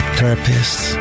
therapists